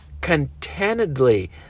contentedly